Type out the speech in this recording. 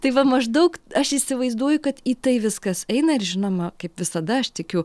tai va maždaug aš įsivaizduoju kad į tai viskas eina ir žinoma kaip visada aš tikiu